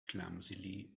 clumsily